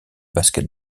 basket